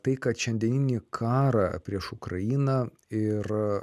tai kad šiandieninį karą prieš ukrainą ir